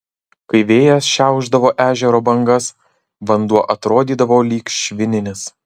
kai vėjas šiaušdavo ežero bangas vanduo atrodydavo lyg švininis